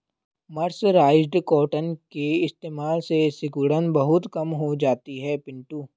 mercerised cotton के इस्तेमाल से सिकुड़न बहुत कम हो जाती है पिंटू